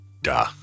Duh